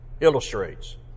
illustrates